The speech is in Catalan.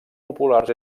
populars